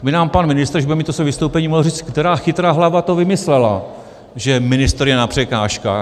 To by nám pan ministr, až bude mít své vystoupení, mohl říci, která chytrá hlava to vymyslela, že ministr je na překážkách.